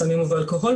בסמים ובאלכוהול,